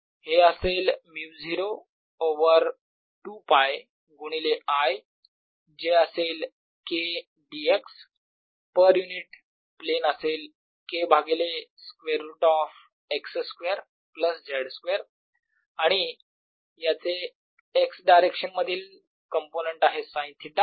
हे असेल μ0 ओवर 2 π गुणिले I जे असेल K dx per unit plane असेल K भागिले square root of x square plus z square आणि याचे x डायरेक्शन मधील कंपोनेंट आहे साईन थिटा